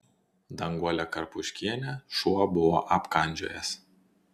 danguolę karpuškienę šuo buvo apkandžiojęs